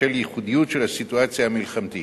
בשל הייחודיות של הסיטואציה המלחמתית.